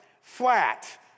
Flat